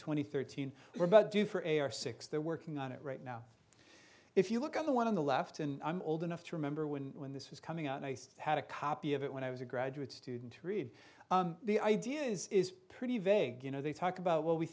and thirteen we're about due for a r six they're working on it right now if you look at the one on the left and i'm old enough to remember when when this was coming out i had a copy of it when i was a graduate student to read the idea is is pretty vague you know they talk about what we